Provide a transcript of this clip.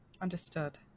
Understood